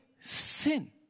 sin